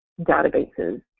databases